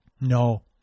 No